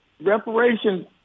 reparations